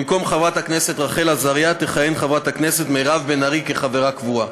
במקום חברת הכנסת רחל עזריה תכהן חברת הכנסת מירב בן ארי כחברה קבועה.